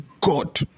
God